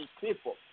people